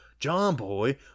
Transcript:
JOHNBOY